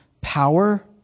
power